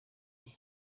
gihe